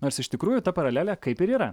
nors iš tikrųjų ta paralelė kaip ir yra